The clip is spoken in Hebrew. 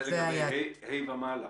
זה לגבי ה' ומעלה?